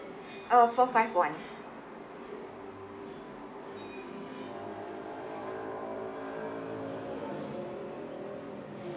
uh four five one